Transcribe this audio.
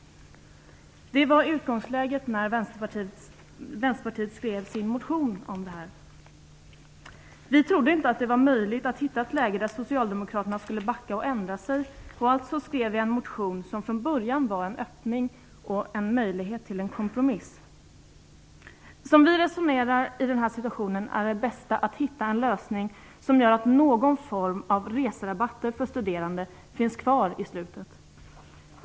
Det var utgångsläget när Vänsterpartiet skrev sin motion. Vi trodde inte att det var möjligt att hitta ett läge där Socialdemokraterna skulle backa och ändra sig. Alltså skrev vi en motion som från början var en öppning och en möjlighet till en kompromiss. Vi resonerade i den här situationen att det bästa är att hitta en lösning som gör att någon form av reserabatter för studerande slutligen finns kvar.